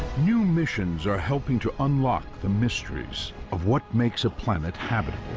new missions are helping to unlock the mysteries of what makes a planet habitable,